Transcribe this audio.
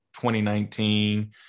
2019